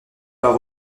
pas